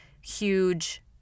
huge